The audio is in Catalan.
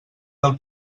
del